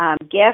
gift